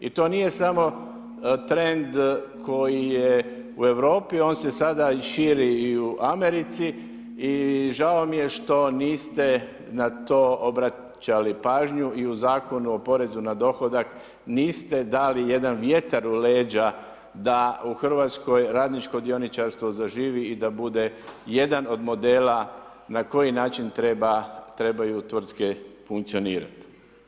I to nije samo trend koji je u Europi on se sada i širi i u Americi i žao mi je što niste na to obraćali pažnju i u Zakonu o porezu na dohodak niste dali jedan vjetar u leđa da u Hrvatskoj radničko dioničarstvo zaživi i da bude jedan od modela na koji način trebaju tvrtke funkcionirati.